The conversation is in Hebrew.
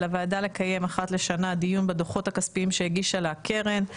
על הוועדה לקיים אחת לשנה דיון בדו"חות הכספיים שהגישה לה הקרן,